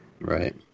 Right